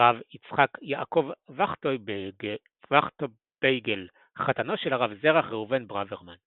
הרב יצחק יעקב וכטפויגל - חתנו של הרב זרח ראובן ברוורמן.